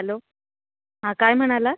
hello हां काय म्हणाला